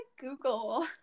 Google